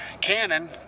Cannon